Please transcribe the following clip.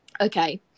Okay